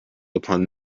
upon